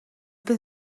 been